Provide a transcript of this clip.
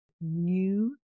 New